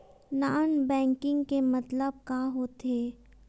Non banking के मतलब का होथे?